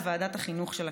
לוועדת החינוך של הכנסת.